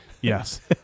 Yes